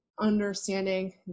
understanding